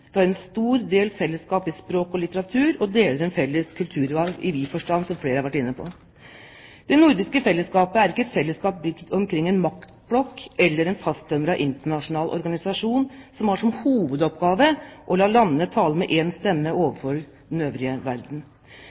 en stor del av fellesskap i språk og litteratur og deler en felles kulturarv i vid forstand – som flere har vært inne på. Det nordiske fellesskapet er ikke et fellesskap bygd omkring en maktblokk eller en fasttømret internasjonal organisasjon som har som hovedoppgave å la landene tale med én stemme overfor den øvrige verden.